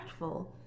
impactful